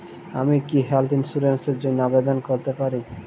আমি কি health insurance র জন্য আবেদন করতে পারি?